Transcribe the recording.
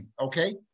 okay